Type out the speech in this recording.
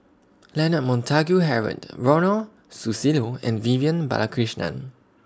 Leonard Montague Harrod Ronald Susilo and Vivian Balakrishnan